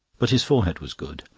but his forehead was good.